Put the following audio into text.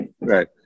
right